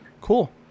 cool